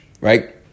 right